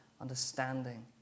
understanding